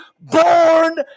born